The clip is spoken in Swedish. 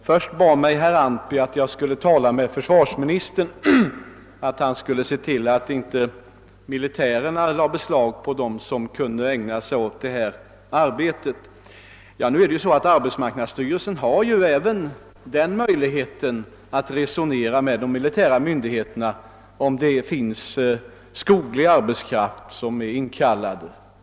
Först bad mig herr Antby att jag skulle tala med försvarsministern om att han skulle se till, att militärerna inte lade beslag på dem som kunde ägna sig åt detta arbete. Nu har arbetsmarknadsstyrelsen även möjligheten att resonera med de militära myndigheterna, om det finns skog lig arbetskraft som är inkallad.